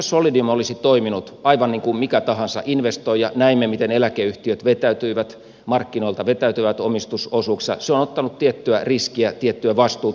solidium olisi voinut toimia aivan niin kuin mikä tahansa investoija näimme miten eläkeyhtiöt vetäytyivät markkinoilta vetäytyivät omistusosuuksista mutta se on ottanut tiettyä riskiä tiettyä vastuuta